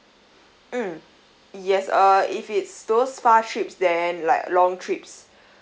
mm yes uh if it's those far trips then like long trips